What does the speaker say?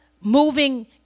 moving